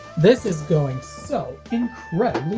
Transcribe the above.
this is going so and